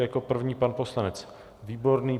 Jako první pan poslanec Výborný.